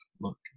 look